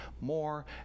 more